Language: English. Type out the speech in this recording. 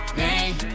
name